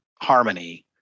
harmony